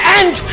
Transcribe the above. end